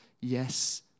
yes